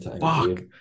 Fuck